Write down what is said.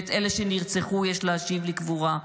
ואת אלה שנרצחו יש להשיב לקבורה.